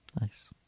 Nice